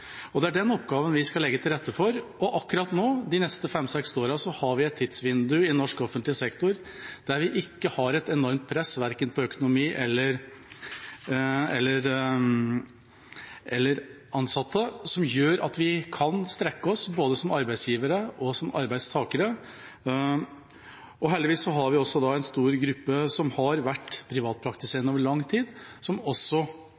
privatpraktiserende. Det er den oppgaven vi skal legge til rette for. Akkurat nå – de neste fem til seks årene – har vi et tidsvindu i norsk offentlig sektor der vi ikke har et enormt press, på verken økonomi eller ansatte, som gjør at vi kan strekke oss både som arbeidsgivere og som arbeidstakere. Heldigvis har vi også en stor gruppe som har vært privatpraktiserende over lang tid, som også